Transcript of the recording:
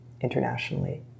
internationally